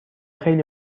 خیلی